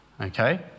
okay